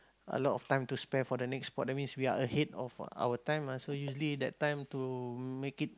a lot of time to spare for the next boat that means we are ahead of our time ah so usually that time to make it